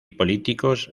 políticos